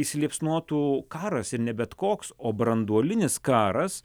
įsiliepsnotų karas ir ne bet koks o branduolinis karas